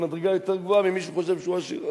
מדרגה יותר גבוהה משל מי שחושב שהוא עשיר,